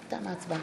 תמה ההצבעה.